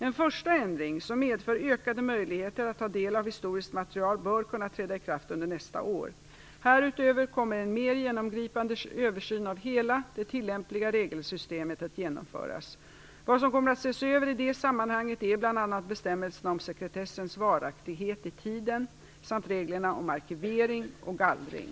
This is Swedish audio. En första ändring som medför ökade möjligheter att ta del av historiskt material bör kunna träda i kraft under nästa år. Härutöver kommer en mer genomgripande översyn av hela det tillämpliga regelsystemet att genomföras. Vad som kommer att ses över i det sammanhanget är bl.a. bestämmelserna om sekretessens varaktighet i tiden samt reglerna om arkivering och gallring.